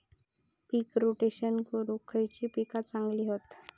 पीक rotation करूक खयली पीका चांगली हत?